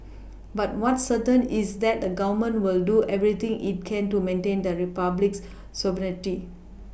but what's certain is that the Government will do everything it can to maintain the Republic's sovereignty